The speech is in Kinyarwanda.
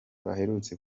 baherutse